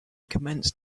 commenced